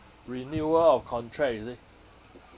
renewal of contract you see